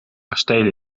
kastelen